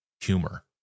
humor